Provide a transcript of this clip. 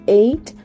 eight